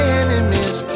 enemies